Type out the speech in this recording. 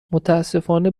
متاسفانه